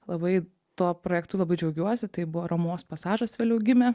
labai tuo projektu labai džiaugiuosi tai buvo romuvos pasažas vėliau gimė